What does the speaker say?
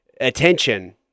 attention